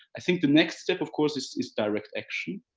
i think the next step, of course, is direct action.